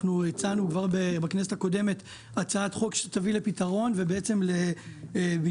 אנחנו הצענו כבר בכנסת הקודמת הצעת חוק שתביא לפתרון ובעצם לביטול